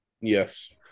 Yes